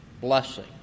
blessing